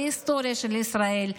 להיסטוריה של ישראל.